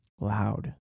Loud